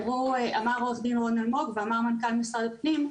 אמר עו"ד רון אלמוג ואמר מנכ"ל משרד הפנים,